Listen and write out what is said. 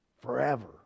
forever